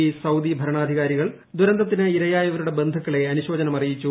E Saudi ഭരണാധികാരികൾ ദുരന്തത്തിനിരയായവരുടെ ബന്ധുക്കളെ അനുശോചനം അറിയിച്ചു